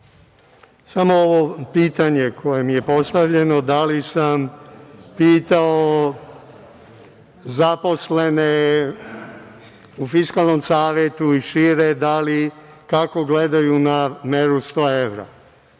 Samo ovo pitanje koje mi je postavljeno – da li sam pitao zaposlene u Fiskalnom savetu i šire kako gledaju na meru 100 evra?